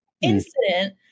incident